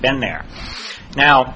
been there now